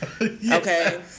okay